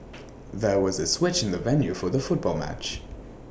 there was A switch in the venue for the football match